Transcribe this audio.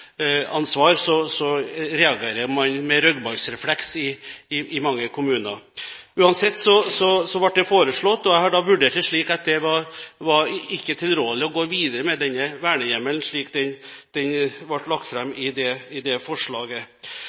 reagerer man med ryggmargsrefleks i mange kommuner. Uansett ble det foreslått, og jeg har da vurdert det slik at det ikke var tilrådelig å gå videre med denne vernehjemmelen, slik den ble lagt fram i det forslaget. La meg også få understreke at det